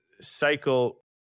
cycle